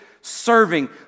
serving